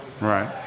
Right